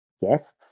Guests